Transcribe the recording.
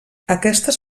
aquestes